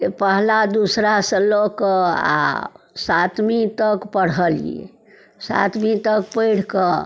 जे पहिला दूसरासँ लऽ कऽ आओर सातवीं तक पढ़लियै सातवीं तक पढ़िकऽ